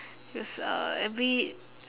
is a every